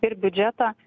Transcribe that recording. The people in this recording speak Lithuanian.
ir biudžetą